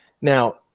now